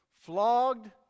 flogged